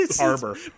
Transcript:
harbor